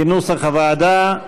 כנוסח הוועדה.